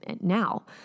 now